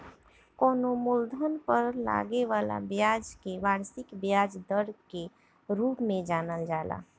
कवनो मूलधन पर लागे वाला ब्याज के वार्षिक ब्याज दर के रूप में जानल जाला